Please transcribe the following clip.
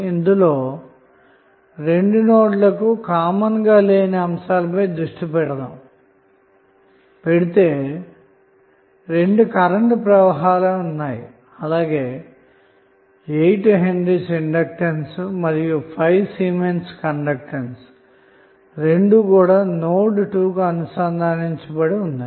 ఇందులో రెండు నోడ్ లకు కామన్ గా లేని అంశాల పై దృష్టి పెడితే రెండు కరెంటు ప్రవాహాలు ఉన్నాయి అలాగే 8 హెన్రీ ఇండెక్టర్ మరియు 5 సిమెన్స్ కండక్టెన్స్ రెండూ కూడా నోడ్ 2 కు అనుసంధానించబడి ఉన్నవి